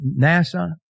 NASA